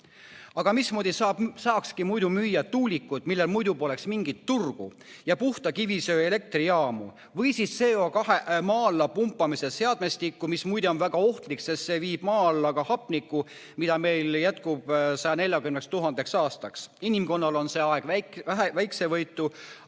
Aga mismoodi saakski müüa tuulikuid, millel muidu poleks mingit turgu, ja puhta kivisöe elektrijaamu või siis CO2maa alla pumpamise seadmestikku, mis muide on väga ohtlik, sest see viib maa alla ka hapniku, mida meil jätkub 140 000 aastaks. Inimkonnale on see aeg väiksevõitu,